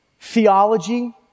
theology